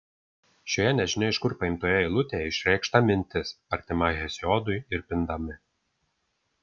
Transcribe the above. šioje nežinia iš kur paimtoje eilutėje išreikšta mintis artima heziodui ir pindami